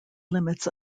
limits